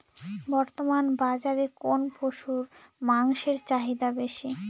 বর্তমান বাজারে কোন পশুর মাংসের চাহিদা বেশি?